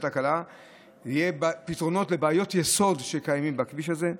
הקלה יהיו פתרונות לבעיות יסוד שקיימות בכביש הזה.